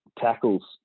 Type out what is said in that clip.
tackles